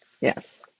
Yes